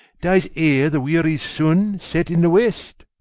dies ere the weary sun set in the west.